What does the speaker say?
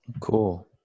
Cool